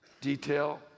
detail